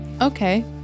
okay